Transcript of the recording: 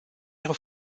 ihre